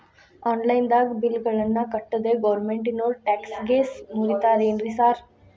Online ದಾಗ bill ಗಳನ್ನಾ ಕಟ್ಟದ್ರೆ ಗೋರ್ಮೆಂಟಿನೋರ್ ಟ್ಯಾಕ್ಸ್ ಗೇಸ್ ಮುರೇತಾರೆನ್ರಿ ಸಾರ್?